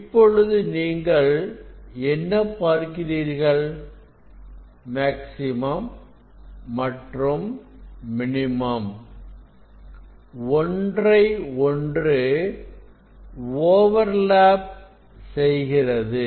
இப்பொழுது நீங்கள் என்ன பார்க்கிறீர்கள் மேக்ஸிமம் மற்றும் மினிமம் ஒன்றை ஒன்று ஓவர் லேப் செய்கிறது